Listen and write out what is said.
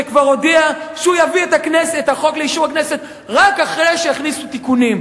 שכבר הודיע שהוא יביא את החוק לאישור הכנסת רק אחרי שיכניסו תיקונים.